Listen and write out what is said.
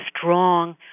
strong